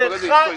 זה חי.